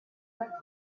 lucky